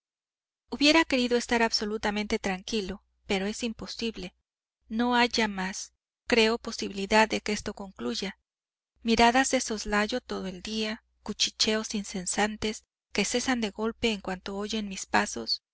hubiera querido estar absolutamente tranquilo pero es imposible no hay ya más creo posibilidad de que esto concluya miradas de soslayo todo el día cuchicheos incesantes que cesan de golpe en cuanto oyen mis pasos